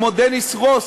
כמו דניס רוס,